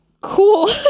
Cool